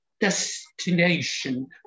destination